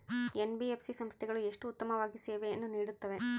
NBFC ಸಂಸ್ಥೆಗಳು ಎಷ್ಟು ಉತ್ತಮವಾಗಿ ಸೇವೆಯನ್ನು ನೇಡುತ್ತವೆ?